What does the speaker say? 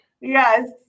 Yes